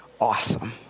awesome